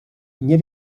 nie